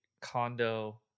condo